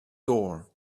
door